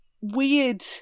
weird